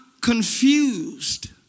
confused